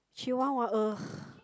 chihuahua !ugh!